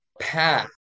path